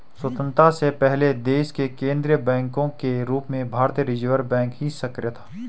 स्वतन्त्रता से पहले देश के केन्द्रीय बैंक के रूप में भारतीय रिज़र्व बैंक ही सक्रिय था